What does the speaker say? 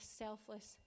selfless